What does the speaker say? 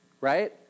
right